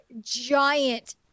giant